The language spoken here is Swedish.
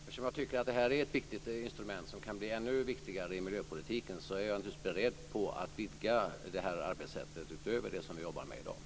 Fru talman! Eftersom jag tycker att det här är ett viktigt instrument som kan bli ännu viktigare i miljöpolitiken är jag naturligtvis beredd att vidga det här arbetssättet utöver det som vi jobbar med i dag.